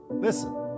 Listen